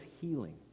healing